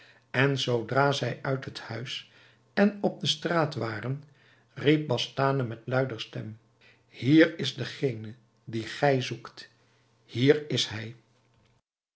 en zoodra zij uit het huis en op de straat waren riep bastane met luider stem hier is degene dien gij zoekt hier is hij